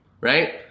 right